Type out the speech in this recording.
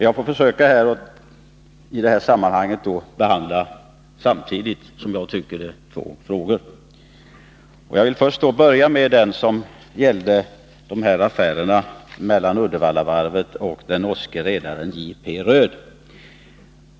Jag får därför i detta sammanhang försöka behandla, som jag tycker, två frågeställningar. Jag vill då börja med det som gällde affären mellan Uddevallavarvet och den norske redaren J. P. Röed.